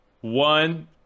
one